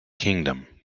kingdom